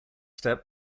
step